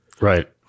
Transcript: right